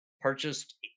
purchased